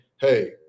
hey